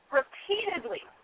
repeatedly